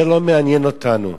זה לא מעניין אותנו.